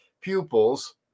pupils